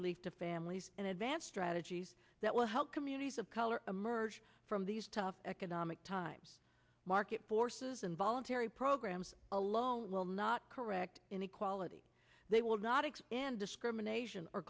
relief to families in advance strategies that will help communities of color emerge from these tough economic times market forces and voluntary programs alone will not correct inequality they will not expand discrimination or